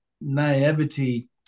naivety